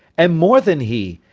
and more than he,